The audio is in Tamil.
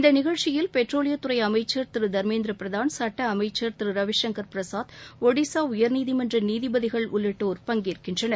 இந்த நிகழ்ச்சியில் பெட்ரோலியத்துறை அமைச்சர் திரு தர்மேந்திரபிரதான் சட்ட அமைச்சர் திரு ரவிசங்சர் பிரசாத் ஒடிஸா உயர்நீதிமன்ற நீதிபதிகள் உள்ளிட்டோர் பங்கேற்கின்றனர்